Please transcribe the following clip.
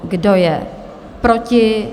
Kdo je proti?